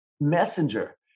messenger